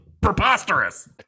preposterous